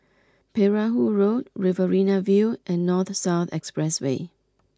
Perahu Road Riverina View and North South Expressway